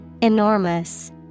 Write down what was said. Enormous